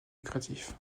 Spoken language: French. lucratif